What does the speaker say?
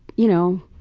you know,